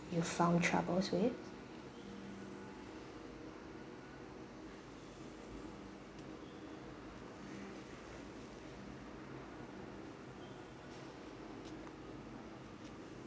you found troubles with